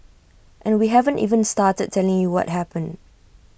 and we haven't even started telling you what happened